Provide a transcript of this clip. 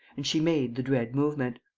and she made the dread movement.